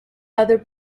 other